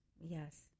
Yes